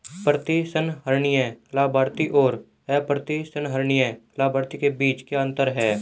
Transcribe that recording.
प्रतिसंहरणीय लाभार्थी और अप्रतिसंहरणीय लाभार्थी के बीच क्या अंतर है?